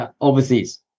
overseas